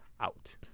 out